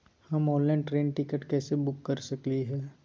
हम online train ticket कैसे book कर सकली हई?